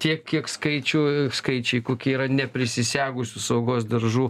tiek kiek skaičių skaičiai kokie yra neprisisegusių saugos diržų